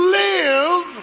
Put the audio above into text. live